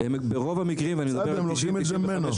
הם לוקחים את זה ממנו.